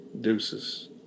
Deuces